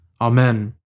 Amen